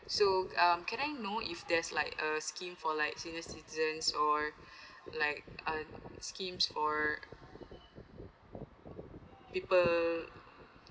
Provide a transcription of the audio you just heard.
so um can I know if there's like a scheme for like senior citizen or like um schemes for people